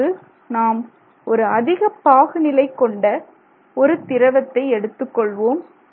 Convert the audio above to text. இப்போது நாம் ஒரு அதிக பாகுநிலை கொண்ட கொண்ட ஒரு திரவத்தை எடுத்துக்கொள்வோம்